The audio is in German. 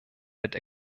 mit